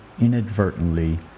inadvertently